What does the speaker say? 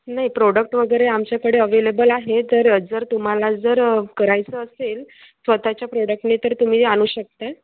नाही प्रोडक्ट वगैरे आमच्याकडे अवेलेबल आहे तर जर तुम्हाला जर करायचं असेल स्वतःच्या प्रोडक्टने तर तुम्ही आणू शकता